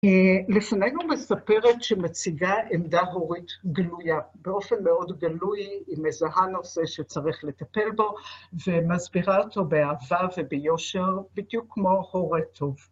לפנינו מספרת שמציגה עמדה הורית גלויה, באופן מאוד גלוי, היא מזהה נושא שצריך לטפל בו, ומסבירה אותו באהבה וביושר, בדיוק כמו הורה טוב.